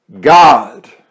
God